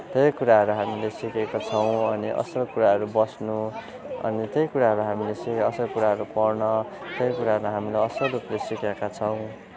त्यही कुराहरू हामीले सिकेका छौँ अनि असल कुराहरू बस्नु अनि त्यही कुराहरू हामीले सि असल कुराहरू पढ्न त्यही कुराहरू हामीले असल रूपले सिकेका छौँ